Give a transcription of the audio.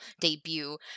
debut